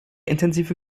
intensive